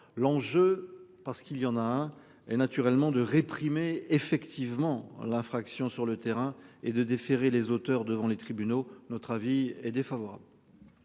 l'enjeu parce qu'il y en a un et naturellement de réprimer effectivement l'infraction sur le terrain et de déférer les auteurs devant les tribunaux. Notre avis est défavorable.